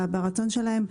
ברצון שלהם,